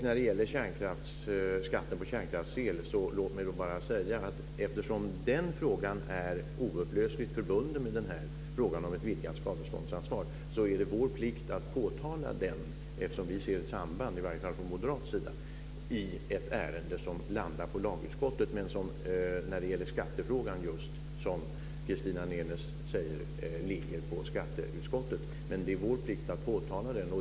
När det gäller skatten på kärnkraftsel vill jag bara säga att eftersom den frågan är oupplösligt förbunden med frågan om ett vidgat skadeståndsansvar är det vår plikt att påtala detta eftersom vi ser ett samband här, i alla fall från moderat sida. Detta ärende landar hos lagutskottet, men när det gäller skattefrågan ligger det hos skatteutskottet, precis som Christina Nenes säger. Det är vår plikt att påtala detta.